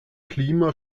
klima